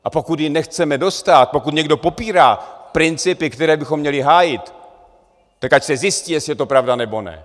A pokud jí nechceme dostát, pokud někdo popírá principy, které bychom měli hájit, tak ať se zjistí, jestli je to pravda, nebo ne.